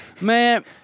Man